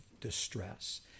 distress